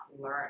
learn